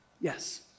yes